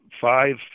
five